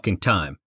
time